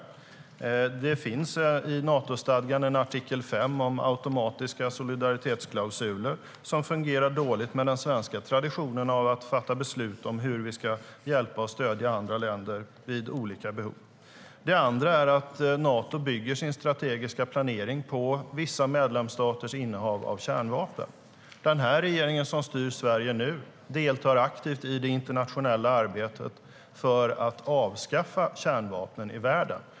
Det finns i Natostadgan en artikel 5 om automatiska solidaritetsklausuler som fungerar dåligt med den svenska traditionen att fatta beslut om hur vi ska hjälpa och stödja andra länder vid olika behov. Det andra är att Nato bygger sin strategiska planering på vissa medlemsstaters innehav av kärnvapen. Den regering som styr Sverige nu deltar aktivt i det internationella arbetet för att avskaffa kärnvapen i världen.